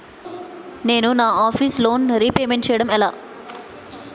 నేను నా office loan repayment చేయడం ఎలా?